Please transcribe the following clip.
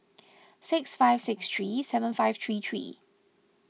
six five six three seven five three three